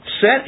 set